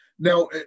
Now